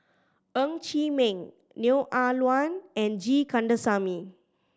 Ng Chee Meng Neo Ah Luan and G Kandasamy